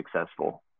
successful